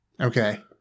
okay